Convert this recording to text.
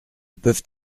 peuvent